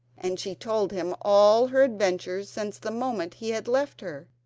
and she told him all her adventures since the moment he had left her.